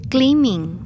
Gleaming